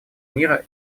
мира